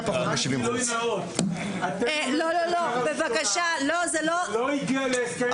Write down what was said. רק גילוי נאות: אתם הממשלה הראשונה שלא הגיעה להסכם.